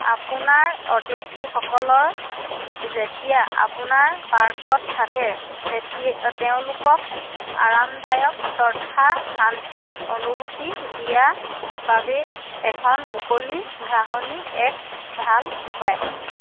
আপোনাৰ অতিথিসকলৰ যেতিয়া অপোনাৰ পাৰ্কত থাকে তেতিয়া তেওঁলোকক আৰামদায়ক তথা শান্তি অনুভূতি দিয়া বাবে এখন মুকলি ঘাহঁনি এক ভাল উপায়